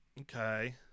Okay